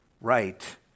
right